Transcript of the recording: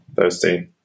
thursday